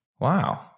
Wow